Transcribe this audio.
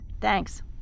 Thanks